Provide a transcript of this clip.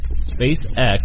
SpaceX